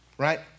right